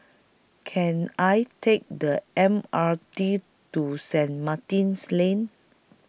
Can I Take The M R T to Saint Martin's Lane